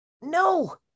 No